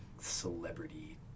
celebrity